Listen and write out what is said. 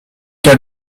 cas